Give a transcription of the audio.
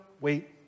wait